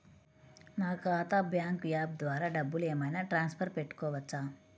నా ఖాతా bank app ద్వారా డబ్బులు ఏమైనా ట్రాన్స్ఫర్ పెట్టుకోవచ్చా?